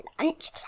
lunch